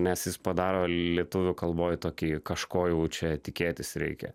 nes jis padaro lietuvių kalboj tokį kažko jau čia tikėtis reikia